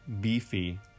beefy